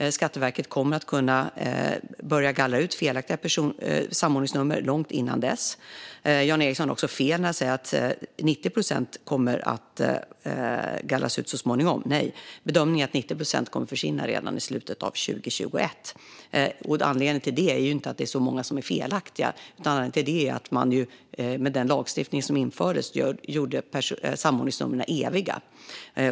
Skatteverket kommer att kunna börja gallra ut felaktiga samordningsnummer långt innan dess. Jan Ericson har också fel när han säger att 90 procent kommer att gallras ut så småningom. Bedömningen är att 90 procent kommer att försvinna redan i slutet av 2021. Anledningen till det är inte att det är så många som är felaktiga utan att man med den lagstiftning som infördes gjorde samordningsnumren eviga.